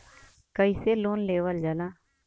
कैसे लोन लेवल जाला?